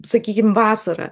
sakykim vasarą